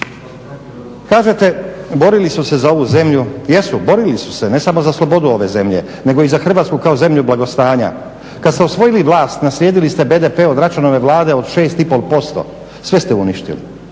Kažete borili su se za ovu zemlju, jesu, borili su se ne samo za slobodu ove zemlje nego i za Hrvatsku kao zemlju blagostanja. Kad ste osvojili vlast naslijedili ste BDP od Račanove Vlade od 6,5%, sve ste uništili,